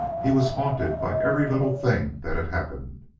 he was haunted by every little thing that had happened.